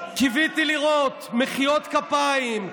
קיוויתי לראות מחיאות כפיים.